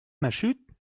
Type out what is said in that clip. machut